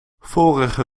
vorige